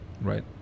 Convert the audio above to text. right